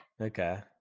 okay